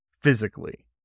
physically